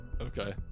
okay